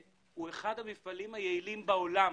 שהוא אחד המפעלים היעילים ביותר בעולם.